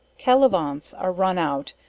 calivanse, are run out,